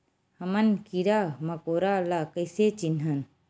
हमन कीरा मकोरा ला कइसे चिन्हन?